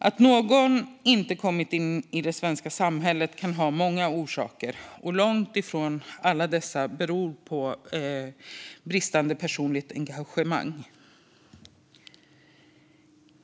Att någon inte kommit in i det svenska samhället kan ha många orsaker, och långt ifrån alla dessa har sin grund i bristande personligt engagemang.